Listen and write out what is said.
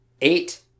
eight